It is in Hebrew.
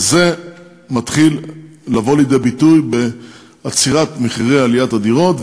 וזה מתחיל לבוא לידי ביטוי בעצירת עליית מחירי הדירות,